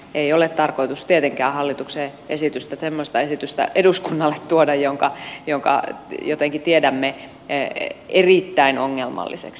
ei ole tarkoitus tietenkään hallituksen semmoista esitystä eduskunnalle tuoda jonka jotenkin tiedämme erittäin ongelmalliseksi